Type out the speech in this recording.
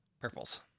purples